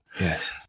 yes